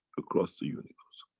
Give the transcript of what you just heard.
across the unicos.